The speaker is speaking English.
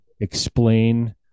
explain